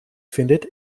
findet